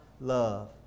love